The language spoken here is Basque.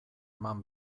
eman